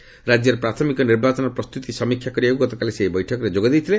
ରାକ୍ୟରେ ପ୍ରାଥମିକ ନିର୍ବାଚନ ପ୍ରସ୍ତୁତି ସମୀକ୍ଷା କରିବାକୁ ଗତକାଲି ସେ ଏହି ବୈଠକରେ ଯୋଗ ଦେଇଥିଲେ